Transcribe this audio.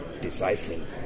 deciphering